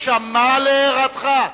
הוא שמע להערתך.